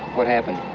what happened?